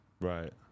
Right